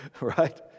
right